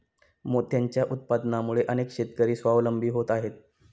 मोत्यांच्या उत्पादनामुळे अनेक शेतकरी स्वावलंबी होत आहेत